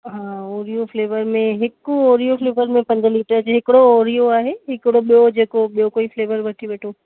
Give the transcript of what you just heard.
हा Oreo flavour में हिक ओरियो फ़्लेवर में पंज लीटर जी हिकिड़ो ओरियो आहे हिकिड़ो ॿियो जेको ॿियो कोई फ़्लेवर वठी वठो